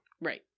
Right